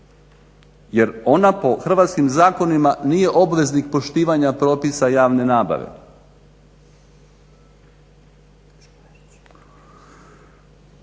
jer ona po hrvatskim zakonima nije obveznik poštivanja propisa javne nabave.